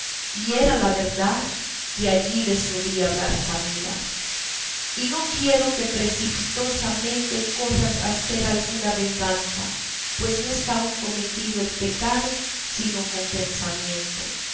y era la verdad que allí le solía hablar camila y no quiero que precipitosamente corras a hacer alguna venganza pues no está aún cometido el pecado sino con pensamiento